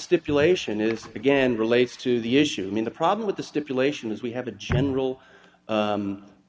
stipulation if again relates to the issue i mean the problem with the stipulation is we have a general